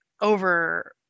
over